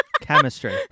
Chemistry